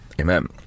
Amen